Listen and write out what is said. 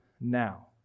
now